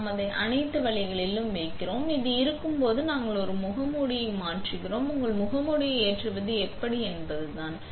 நாம் அதை அனைத்து வழிகளிலும் வைக்கிறோம் அது இருக்கும் போது நாங்கள் ஒரு முகமூடியை மாற்றுகிறோம் உங்கள் முகமூடியை ஏற்றுவது எப்படி என்பதுதான்